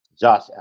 Josh